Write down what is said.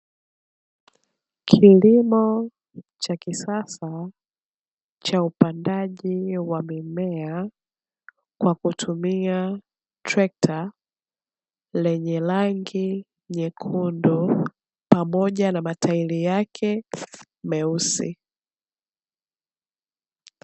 Kilimo cha kisasa cha upandaji wa mimea kwa kutumia trekta lenye rangi nyekundu pamoja na matairi yake meusi.